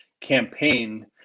campaign